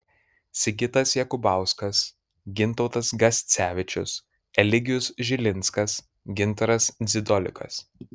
sigitas jakubauskas gintautas gascevičius eligijus žilinskas gintaras dzidolikas